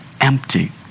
empty